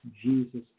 Jesus